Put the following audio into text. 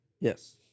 Yes